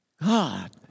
God